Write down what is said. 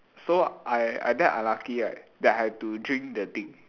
so I I damn unluckily right that I have to drink that thing